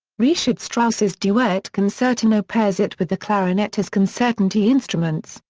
richard strauss's duet-concertino pairs it with the clarinet as concertante instruments,